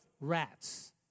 rats